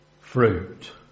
fruit